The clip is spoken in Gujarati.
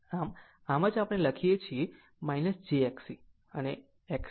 આમ આમ જ આપણે લખીએ છીએ jXC અને XC1ω C